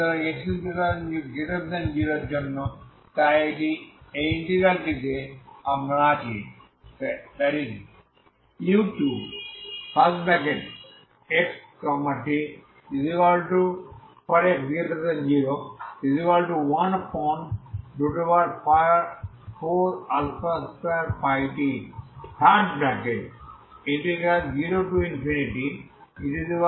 সুতরাং এটি x0 এর জন্য তাই এই ইন্টেগ্রাল টিতে আপনার আছে〖u2xt